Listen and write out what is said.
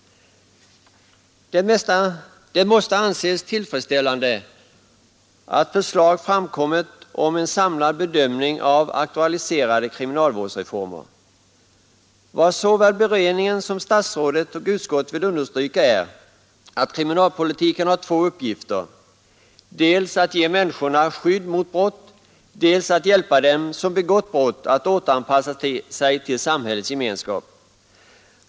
Det måste anses tillfredsställande att förslag framkommit om en samlad bedömning av aktualiserade kriminalvårdsreformer. Vad såväl beredningen som statsrådet och utskottet vill understryka är att kriminalpolitiken har två uppgifter: dels att ge människorna skydd mot brott, dels att hjälpa dem som begått brott att anpassa sig till samhällets gemenskap.